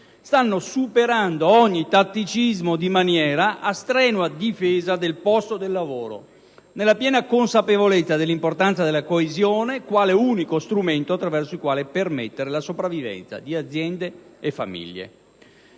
stanno superando ogni tatticismo di maniera a strenua difesa del posto del lavoro, nella piena consapevolezza dell'importanza della coesione quale unico strumento attraverso il quale permettere la sopravvivenza delle aziende e delle famiglie.